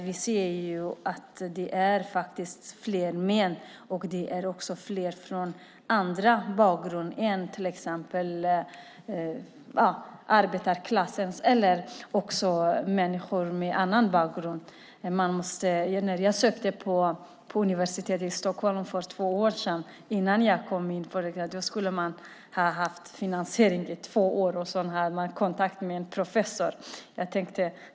Det är fler män som söker, och det är också till exempel en överrepresentation av sökande med annan bakgrund än arbetarklass. När jag sökte till Stockholms universitet för två år sedan skulle man ha haft finansiering i två år, och man skulle ha kontakt med en professor.